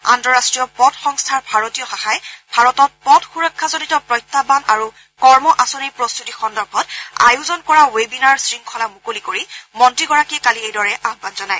আন্তঃৰাষ্ট্ৰীয় পথ সংস্থাৰ ভাৰতীয় শাখাই ভাৰতত পথ সুৰক্ষাজনিত প্ৰত্যাহান আৰু কৰ্ম আঁচনিৰ প্ৰস্তুতি সন্দৰ্ভত আয়োজন কৰা ৱেবিনাৰ শংখলা মুকলি কৰি মন্ত্ৰীগৰাকীয়ে কালি এইদৰে আহান জনায়